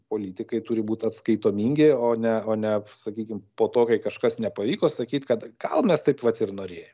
politikai turi būt atskaitomingi o ne o ne sakykim po to kai kažkas nepavyko sakyt kad gal mes taip vat ir norėjom